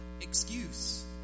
excuse